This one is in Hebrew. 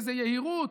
באיזו יהירות.